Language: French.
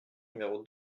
numéro